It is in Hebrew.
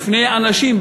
בפני אנשים,